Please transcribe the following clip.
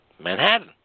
Manhattan